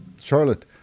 Charlotte